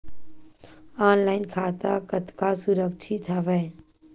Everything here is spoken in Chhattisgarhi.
ऑनलाइन खाता कतका सुरक्षित हवय?